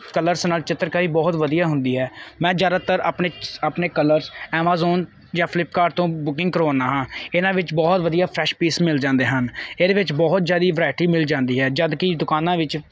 colours ਨਾਲ ਚਿੱਤਰਕਾਰੀ ਬਹੁਤ ਵਧੀਆ ਹੁੰਦੀ ਹੈ ਮੈਂ ਜ਼ਿਆਦਾਤਰ ਆਪਣੇ ਆਪਣੇ ਕਲਰ ਐਮਾਜ਼ੋਨ ਜਾਂ ਫਲਿੱਪਕਾਰਟ ਤੋਂ ਬੁਕਿੰਗ ਕਰਵਾਉਂਦਾ ਹਾਂ ਇਹਨਾਂ ਵਿੱਚ ਬਹੁਤ ਵਧੀਆ ਫਰੈਸ਼ ਪੀਸ ਮਿਲ ਜਾਂਦੇ ਹਨ ਇਹਦੇ ਵਿੱਚ ਬਹੁਤ ਜ਼ਿਆਦਾ ਵਰਾਇਟੀ ਮਿਲ ਜਾਂਦੀ ਹੈ ਜਦੋਂ ਕਿ ਦੁਕਾਨਾਂ ਵਿੱਚ